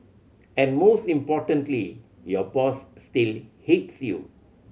and most importantly your boss still hates you